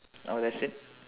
oh that's it